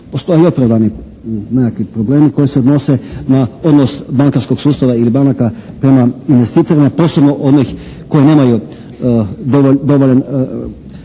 postoje opravdani nekakvi problemi koji se odnose na odnos bankarskog sustava ili banaka prema investitorima posebno onih koji nemaju dovoljno